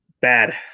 bad